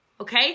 Okay